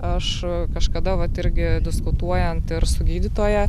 aš kažkada vat irgi diskutuojant ir su gydytoja